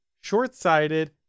short-sighted